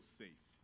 safe